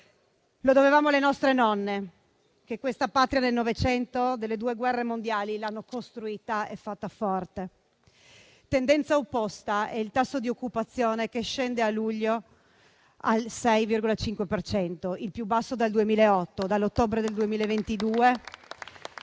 Lo dovevamo alle nostre nonne, che questa Patria, nel Novecento delle due Guerre mondiali, l'hanno costruita e fatta forte. Tendenza opposta è il tasso di disoccupazione che scende a luglio al 6,5 per cento, il più basso dal 2008. Dall'ottobre del 2022